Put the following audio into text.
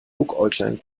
guckäuglein